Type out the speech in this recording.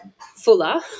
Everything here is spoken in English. fuller